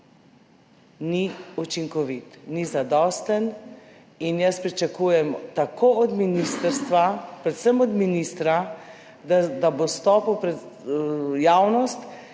ni učinkovit, ni zadosten. Pričakujem od ministrstva, predvsem od ministra, da bo stopil pred javnost